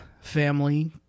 family